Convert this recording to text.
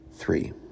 three